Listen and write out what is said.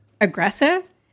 aggressive